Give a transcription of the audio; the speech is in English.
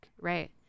Right